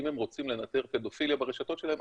אם הם רוצים לנטר פדופיליה ברשתות שלהם,